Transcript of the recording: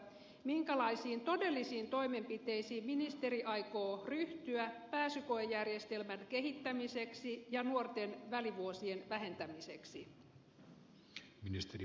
minkälaisiin todellisiin toimenpiteisiin ministeri aikoo ryhtyä pääsykoejärjestelmän kehittämiseksi ja nuorten välivuosien vähentämiseksi